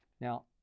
Now